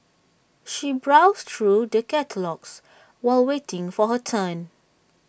she browsed through the catalogues while waiting for her turn